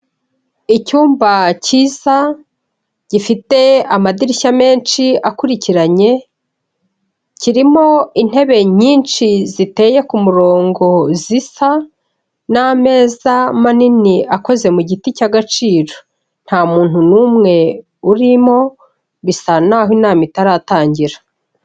Icyumba cyiza gifite amadirishya menshi akurikiranye, kirimo intebe nyinshi ziteye ku murongo zisa n'ameza manini akoze mu giti cy'agaciro, nta muntu n'umwe urimo, bisa n'aho inama itaratangira.